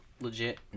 legit